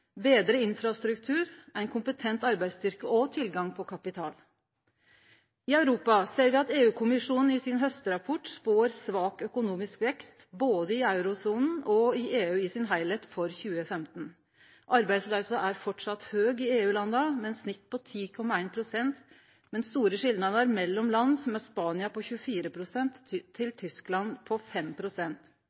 betre infrastruktur, ein kompetent arbeidsstyrke og tilgang på kapital. I Europa ser me at EU-kommisjonen i haustrapporten sin spår svak økonomisk vekst både i eurosonen og i EU i sin heilskap for 2015. Arbeidsløysa er framleis høg i EU-landa med eit snitt på 10,1 pst., men med store skilnader mellom land – frå Spania på 24 pst. til Tyskland på